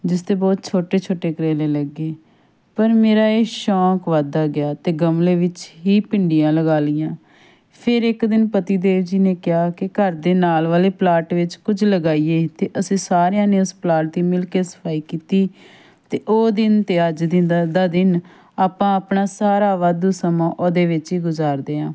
ਜਿਸ 'ਤੇ ਬਹੁਤ ਛੋਟੇ ਛੋਟੇ ਕਰੇਲੇ ਲੱਗੇ ਪਰ ਮੇਰਾ ਇਹ ਸ਼ੌਂਕ ਵੱਧਦਾ ਗਿਆ ਅਤੇ ਗਮਲੇ ਵਿੱਚ ਹੀ ਭਿੰਡੀਆਂ ਲਗਾ ਲਈਆਂ ਫਿਰ ਇੱਕ ਦਿਨ ਪਤੀ ਦੇਵ ਜੀ ਨੇ ਕਿਹਾ ਕਿ ਘਰ ਦੇ ਨਾਲ ਵਾਲੇ ਪਲਾਟ ਵਿੱਚ ਕੁਝ ਲਗਾਈਏ ਅਤੇ ਅਸੀਂ ਸਾਰਿਆਂ ਨੇ ਉਸ ਪਲਾਟ ਦੀ ਮਿਲ ਕੇ ਸਫਾਈ ਕੀਤੀ ਅਤੇ ਉਹ ਦਿਨ ਅਤੇ ਅੱਜ ਦਿ ਦਾ ਦਿਨ ਆਪਾਂ ਆਪਣਾ ਸਾਰਾ ਵਾਧੂ ਸਮਾਂ ਉਹਦੇ ਵਿੱਚ ਹੀ ਗੁਜ਼ਾਰਦੇ ਹਾਂ